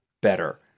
better